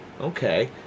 okay